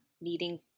needing